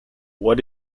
what